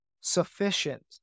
sufficient